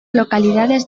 localidades